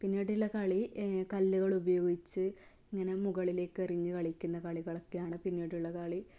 പിന്നീടുള്ള കളി കല്ലുകളുപയോഗിച്ച് ഇങ്ങനെ മുകളിലേക്ക് എറിഞ്ഞു കളിക്കുന്ന കളികളൊക്കെയാണ് പിന്നീടുള്ള കളി അതൊക്കെ